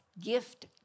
gift